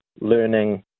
learning